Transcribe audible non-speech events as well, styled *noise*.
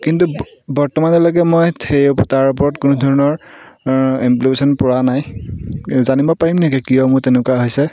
কিন্তু বৰ্তমানলৈকে মই সেই তাৰ ওপৰত কোনো ধৰণৰ *unintelligible* পৰা নাই জানিব পাৰিম নেকি কিয় মোৰ তেনেকুৱা হৈছে